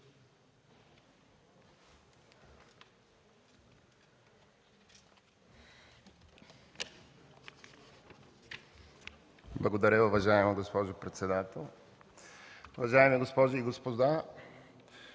Благодаря, уважаема госпожо председател. Уважаеми госпожи и господа,